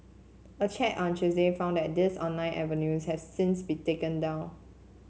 a check on Tuesday found that these online avenues have since been taken down